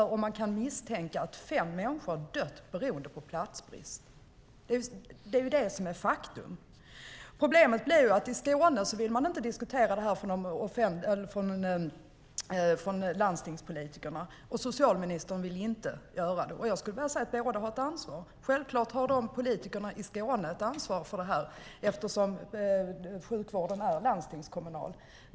Det kan ju misstänkas att fem människor har dött på grund av platsbrist. Det är ett faktum. Problemet är att landstingspolitikerna i Skåne inte vill diskutera frågan, och socialministern vill inte göra det. Jag anser att båda har ett ansvar. Självklart har politikerna i Skåne ett ansvar för detta eftersom sjukvården är landstingskommunal.